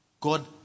God